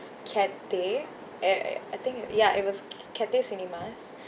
Cathay eh I think ya it was c~ Cathay cinemas